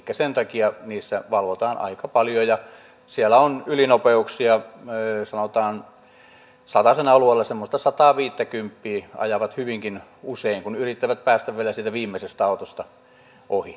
sen takia niissä valvotaan aika paljon ja siellä on ylinopeuksia sanotaan satasen alueella semmoista sataaviittäkymppiä ajavat hyvinkin usein kun yrittävät päästä vielä siitä viimeisestä autosta ohi